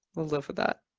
i'll live with that.